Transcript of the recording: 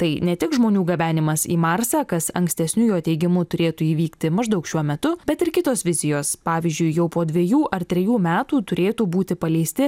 tai ne tik žmonių gabenimas į marsą kas ankstesniu jo teigimu turėtų įvykti maždaug šiuo metu bet ir kitos vizijos pavyzdžiui jau po dvejų ar trejų metų turėtų būti paleisti